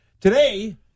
today